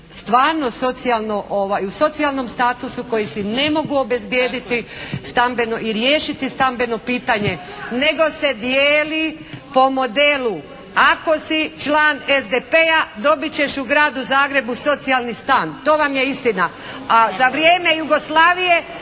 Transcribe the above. stvarno u socijalnom statusu, koji ne mogu obezbjediti stambenom i riješiti stambeno pitanje, nego se dijeli po modelu ako se član SDP-a dobit ćeš u gradu Zagrebu socijalni stan. To vam je istina.